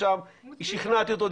שכנעתי אותו,